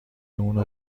اونو